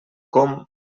com